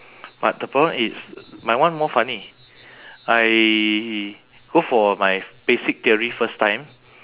but the problem is my one more funny I go for my basic theory first time